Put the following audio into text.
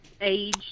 age